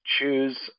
choose